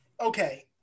okay